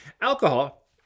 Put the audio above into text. alcohol